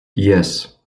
yes